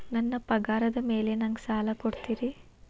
ನನ್ನ ಪಗಾರದ್ ಮೇಲೆ ನಂಗ ಸಾಲ ಕೊಡ್ತೇರಿ?